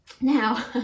now